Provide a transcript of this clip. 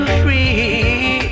free